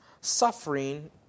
suffering